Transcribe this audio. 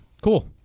Cool